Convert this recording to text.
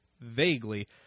vaguely